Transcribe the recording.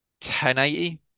1080